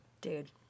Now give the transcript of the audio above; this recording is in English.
Dude